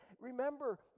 remember